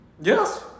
Yes